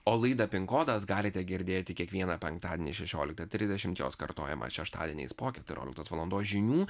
o laidą pinkodas galite girdėti kiekvieną penktadienį šešiolika trisdešimt jos kartojamą šeštadieniais po keturioliktos valandos žinių